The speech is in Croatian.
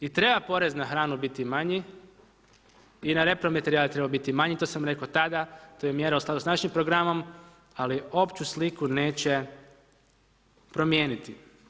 I treba porez na hranu biti manji i na repromaterijal treba biti manji, to sam rekao tada, to je mjera u skladu s našim programom, ali opću sliku neće promijeniti.